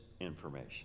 information